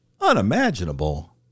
unimaginable